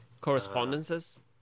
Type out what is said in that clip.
correspondences